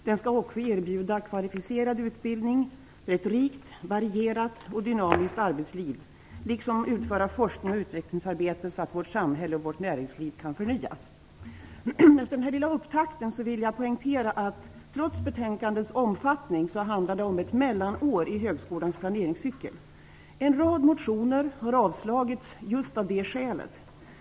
Den skall också erbjuda kvalificerad utbildning för ett rikt, varierat och dynamiskt arbetsliv liksom utföra forsknings och utvecklingsarbete så att samhället och vårt näringsliv kan förnyas. Efter den här lilla upptakten vill jag poängtera att det, trots betänkandets omfattning, handlar om ett mellanår i högskolans planeringscykel. En rad motioner har avstyrkts just av det skälet.